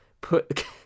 put